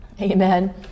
Amen